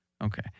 Okay